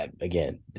Again